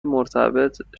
مرتبط